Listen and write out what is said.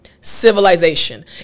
civilization